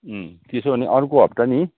त्यसो हो भने अर्को हप्ता नि